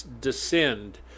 descend